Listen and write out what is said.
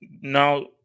now